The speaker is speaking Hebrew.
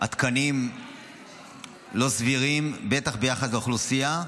התקנים לא סבירים, בטח ביחס לאוכלוסייה,